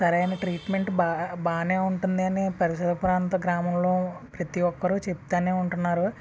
సరైన ట్రీట్మెంట్ బా బాగానే ఉంటుందని పరిసర ప్రాంత గ్రామంలో ప్రతి ఒక్కరూ చెప్తూనే ఉంటన్నారు